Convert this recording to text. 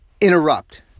interrupt